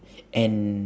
and